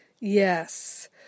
Yes